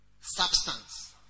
Substance